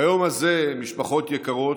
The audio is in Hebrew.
ביום הזה, משפחות יקרות,